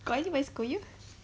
got anybody scold you